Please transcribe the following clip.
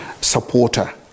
supporter